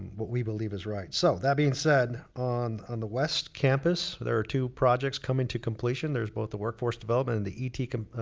what we believe is right. so, that being said, on on the west campus, there are two projects coming to completion. there's both the workforce development and the et ah